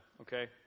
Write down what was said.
okay